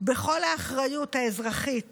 בכל האחריות האזרחית